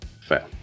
Fair